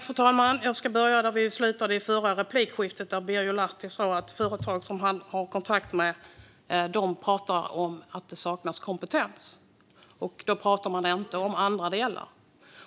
Fru talman! Jag ska börja där vi slutade i vårt förra replikskifte, då Birger Lahti sa att företag som han har kontakt med pratar om att det saknas kompetens. Då pratar man inte om andra delar.